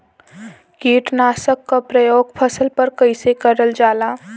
कीटनाशक क प्रयोग फसल पर कइसे करल जाला?